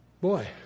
Boy